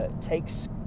takes